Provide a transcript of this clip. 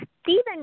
Stephen